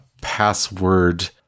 password